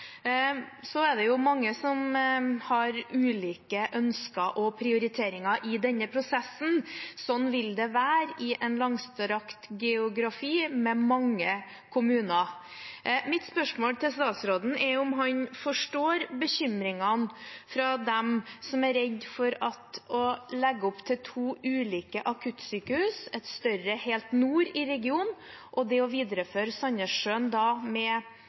Det er mange som har ulike ønsker og prioriteringer i denne prosessen. Sånn vil det være i en langstrakt geografi med mange kommuner. Mitt spørsmål til statsråden er om han forstår bekymringene fra dem som er redd for at å legge opp til to ulike akuttsykehus – et større helt nord i regionen og å videreføre det ved Sandnessjøen med